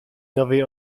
nowej